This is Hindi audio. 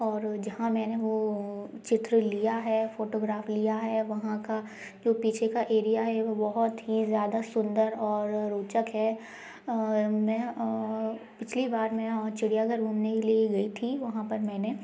और जहाँ मैंने वो चित्र लिया है फोटोग्राफ लिया है वहाँ का जो पीछे का एरिया है वो बहुत ही ज़्यादा सुन्दर और रोचक है मैं पिछली बार में चिड़िया घर घूमने के लिए गई थी वहाँ पर मैंने